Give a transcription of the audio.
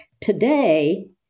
Today